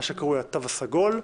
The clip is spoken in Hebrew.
מה שקרוי התו הסגול.